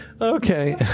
Okay